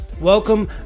welcome